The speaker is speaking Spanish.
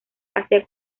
hacia